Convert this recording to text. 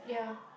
yeah